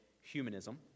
humanism